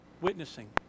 witnessing